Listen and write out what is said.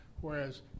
whereas